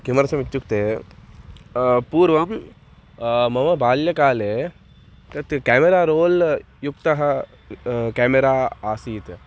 किमर्थमित्युक्ते पूर्वं मम बाल्यकाले तत् केमेरा रोल् युक्तः केमेरा आसीत्